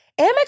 Amex